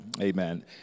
Amen